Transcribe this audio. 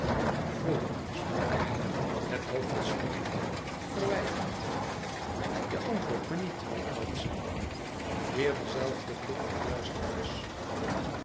sprak hij het hoofd schuddend verwijtend je antwoordt me niet bad ze weêr die zelfde blik vol duisternis